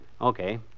Okay